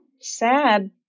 sad